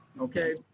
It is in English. okay